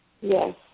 Yes